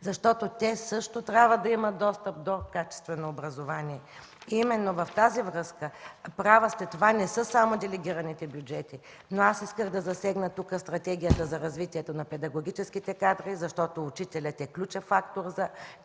Те също трябва да имат достъп до качествено образование. Именно в тази връзка – права сте, това не са само делегираните бюджети, аз исках да засегна Стратегията за развитието на педагогическите кадри, защото учителят е ключов фактор за